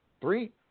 three